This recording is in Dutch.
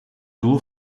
doel